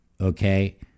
okay